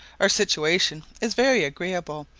our situation is very agreeable,